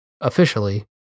officially